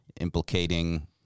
implicating